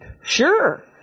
Sure